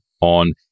on